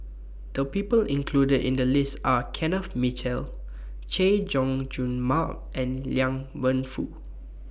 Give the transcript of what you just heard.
The People included in The list Are Kenneth Mitchell Chay Jung Jun Mark and Liang Wenfu